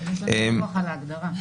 יש לנו ויכוח על ההגדרה.